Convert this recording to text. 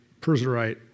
Perserite